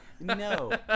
no